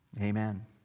Amen